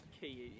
key